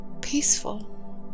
Peaceful